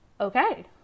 okay